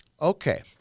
Okay